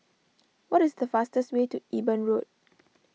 what is the fastest way to Eben Road